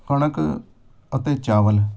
ਕਣਕ ਅਤੇ ਚਾਵਲ